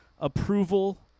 approval